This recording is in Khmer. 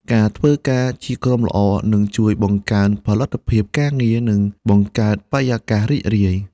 ការធ្វើការជាក្រុមល្អនឹងជួយបង្កើនផលិតភាពការងារនិងបង្កើតបរិយាកាសរីករាយ។